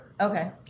okay